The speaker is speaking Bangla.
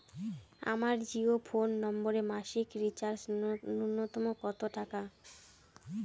আমার জিও ফোন নম্বরে মাসিক রিচার্জ নূন্যতম কত টাকা?